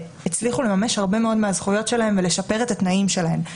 לממש הרבה מאוד מהזכויות שלהן ולשפר את התנאים שלהן.